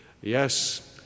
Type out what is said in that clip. Yes